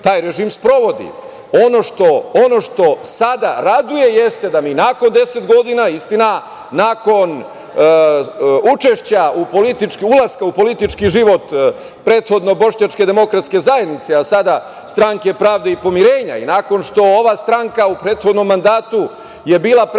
taj režim sprovodi. Ono što sada raduje, jeste da mi nakon deset godina, istina nakon učešća, ulaska u politički život prethodne Bošnjačke demokratske zajednice, a sada Stranke pravde i pomirenja i nakon što ova stranka u prethodnom mandatu je bila predstavljena,